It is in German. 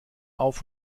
auf